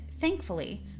thankfully